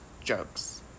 jokes